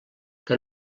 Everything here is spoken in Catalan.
que